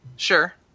Sure